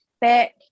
back